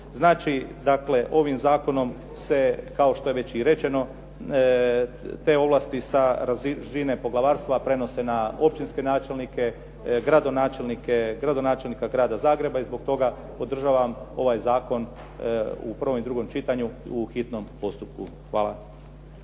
Znači, ovim zakonom se kao što je već i rečeno te ovlasti sa razine poglavarstva prenose na općinske načelnike, gradonačelnike, gradonačelnika grada Zagreba i zbog toga podržavam ovaj zakon u prvom i drugom čitanju u hitnom postupku. Hvala.